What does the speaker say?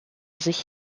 sich